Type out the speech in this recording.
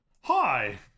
Hi